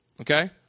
Okay